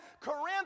Corinth